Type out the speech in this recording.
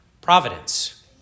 Providence